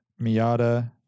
Miata